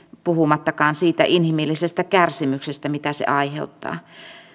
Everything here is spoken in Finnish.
puhumattakaan siitä inhimillisestä kärsimyksestä mitä se aiheuttaa